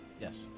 Yes